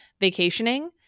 vacationing